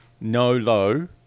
no-low